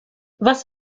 was